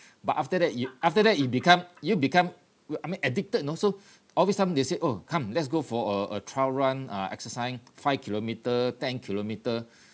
but after that you after that you become you become you I mean addicted you know so oh next time they said oh come let's go for a uh trial run uh exercise five kilometre ten kilometre